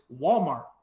Walmart